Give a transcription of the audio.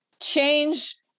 change